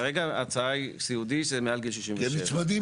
כרגע ההצעה היא סיעודי זה מעל גיל 67. נצמדים,